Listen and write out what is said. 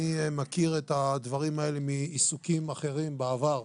אני מכיר את הדברים האלה מעיסוקים אחרים בעבר.